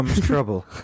Trouble